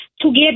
together